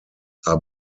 are